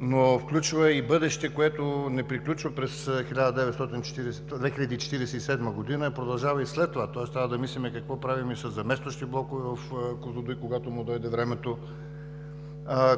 но включва и бъдеще, което не приключва през 2047 г., а продължава и след това, тоест трябва да мислим какво правим със заместващи блокове в „Козлодуй“, когато му дойде времето.